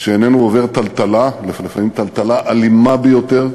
שאיננו עובר טלטלה, לפעמים טלטלה אלימה ביותר: